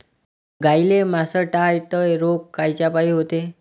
गाईले मासटायटय रोग कायच्यापाई होते?